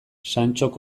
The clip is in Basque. santxok